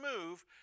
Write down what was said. move